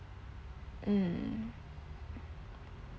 mm